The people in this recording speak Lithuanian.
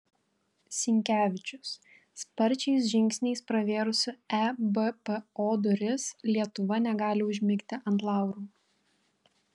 sinkevičius sparčiais žingsniais pravėrusi ebpo duris lietuva negali užmigti ant laurų